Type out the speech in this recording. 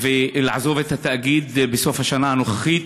ולעזוב את התאגיד בסוף השנה הנוכחית,